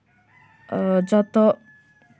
ᱡᱚᱛᱚ